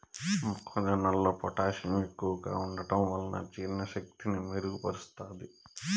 మొక్క జొన్నలో పొటాషియం ఎక్కువగా ఉంటడం వలన జీర్ణ శక్తిని మెరుగు పరుస్తాది